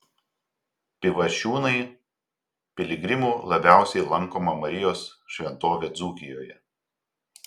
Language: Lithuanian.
pivašiūnai piligrimų labiausiai lankoma marijos šventovė dzūkijoje